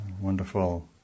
wonderful